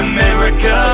America